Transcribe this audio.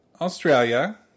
Australia